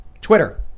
Twitter